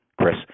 Chris